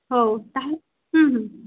ହେଉ ତା'ହେଲେ ହୁଁ ହୁଁ